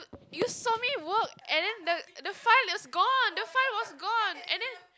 uh you saw me work and then the the file is gone the file was gone and then